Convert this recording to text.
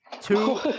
two